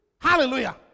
Hallelujah